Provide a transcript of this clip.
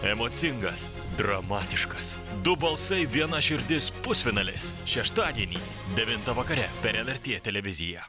emocingas dramatiškas du balsai viena širdis pusfinalis šeštadienį devintą vakare per lrt televiziją